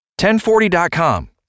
1040.com